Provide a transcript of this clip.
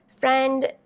Friend